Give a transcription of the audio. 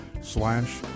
slash